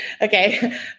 Okay